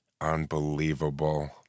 Unbelievable